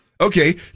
Okay